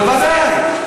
בוודאי.